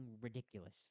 ridiculous